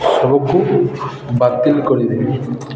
ସବୁକୁ ବାତିଲ କରିଦେବି